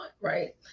Right